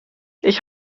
ich